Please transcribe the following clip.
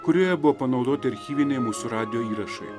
kurioje buvo panaudoti archyviniai mūsų radijo įrašai